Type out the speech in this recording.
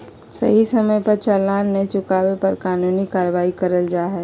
सही समय पर चालान नय चुकावे पर कानूनी कार्यवाही करल जा हय